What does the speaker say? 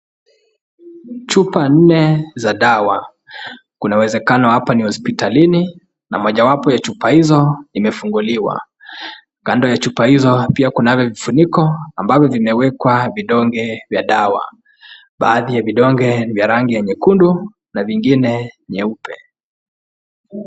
Chupa nne za dawa kuna uwezekano hapa ni hospitalini na mojawapo ya chupa hizo imefunguliwa. Kando ya chupa hivo pia kunavyo vifuniko ambavyo vimewekwa vidonge vya dawa. Baadhi ya vidonge ni vya rangi ya nyekundu na vingine nyeupe.